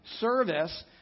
service